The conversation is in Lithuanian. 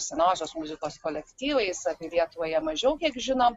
senosios muzikos kolektyvais apie lietyvą jie mažiau kiek žino